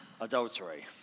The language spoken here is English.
adultery